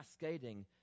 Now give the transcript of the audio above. cascading